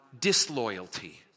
disloyalty